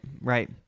right